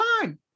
time